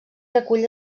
recull